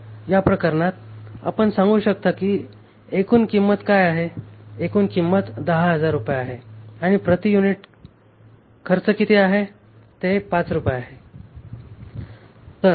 तर त्या प्रकरणात आपण सांगू शकता की एकूण किंमत काय आहे एकूण किंमत 10000 रुपये आहे आणि प्रति युनिट खर्च किती आहे ते 5 रुपये आहे